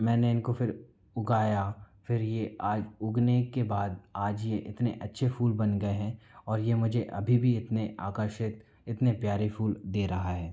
मैंने इनको फिर उगाया फिर यह आज उगने के बाद आज यह इतने अच्छे फूल बन गए हैं और यह मुझे अभी भी इतने आकर्षित इतने प्यारे फूल दे रहा है